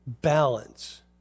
balance